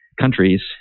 countries